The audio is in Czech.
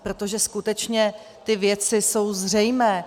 Protože skutečně ty věci jsou zřejmé.